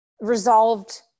resolved